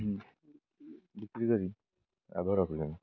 ବିକ୍ରି କରି ଆଭର ରଖିଲାଣି